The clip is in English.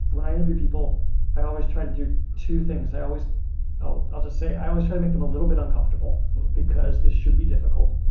when i interview people i always try to do two things, i always i'll-i'll just say, i always try to make them a little bit uncomfortable because this should be difficult,